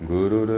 Guru